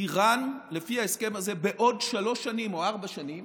איראן לפי ההסכם הזה בעוד שלוש שנים או ארבע שנים